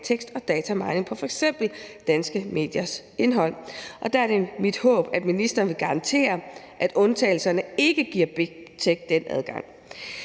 tekst- og datamining på f.eks. danske mediers indhold, og der er det mit håb, at ministeren vil garantere, at undtagelserne ikke giver bigtech den adgang.